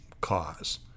cause